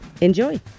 Enjoy